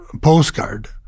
postcard